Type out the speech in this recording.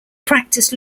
practiced